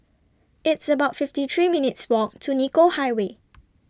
It's about fifty three minutes' Walk to Nicoll Highway